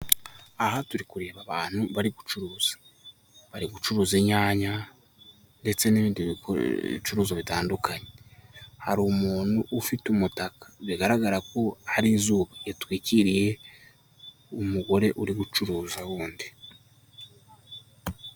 Aha turi kureba abantu bari gucuruza, bari gucuruza inyanya ndetse n'ibindi bi bicuruzwa bitandukanye, hari umuntu ufite umutaka bigaragara ko hari zuba ritwikiriye umugore uri gucuruza w'undi.